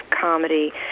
comedy